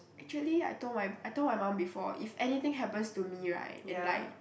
actually I told my I told my mum before if anything happens to me right and like